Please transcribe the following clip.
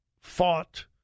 fought